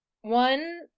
one